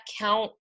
count